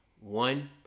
One